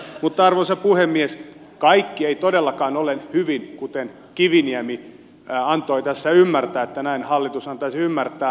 mutta arvoisa puhemies kaikki ei todellakaan ole hyvin kuten kiviniemi antoi tässä ymmärtää että näin hallitus antaisi ymmärtää